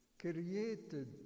created